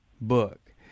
book